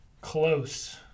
Close